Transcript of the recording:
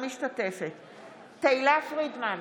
אינה משתתפת בהצבעה תהלה פרידמן,